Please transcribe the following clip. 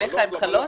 עליך הן חלות?